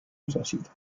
unterschied